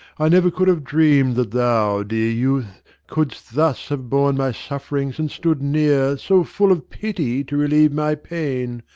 i never could have dreamed that thou, dear youth, couldst thus have borne my sufferings and stood near so full of pity to relieve my pain.